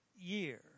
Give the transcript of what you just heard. year